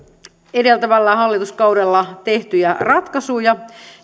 edeltävällä hallituskaudella tehtyjä ratkaisuja